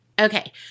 Okay